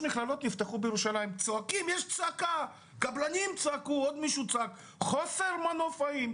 היו צעקות מצד הקבלנים על חוסר מנופאים.